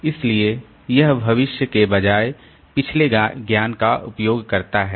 इसलिए यह भविष्य के बजाय पिछले ज्ञान का उपयोग करता है